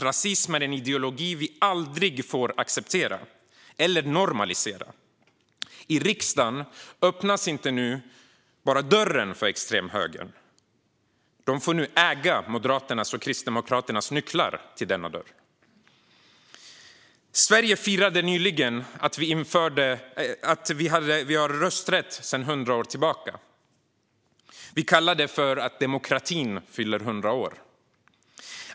Rasism är en ideologi vi aldrig får acceptera eller normalisera. I riksdagen öppnas nu inte bara dörren för extremhögern, utan extremhögern får nu äga Moderaternas och Kristdemokraternas nycklar till denna dörr. Sverige firade nyligen att vi har rösträtt sedan hundra år tillbaka. Vi kallar det för att demokratin fyller 100 år.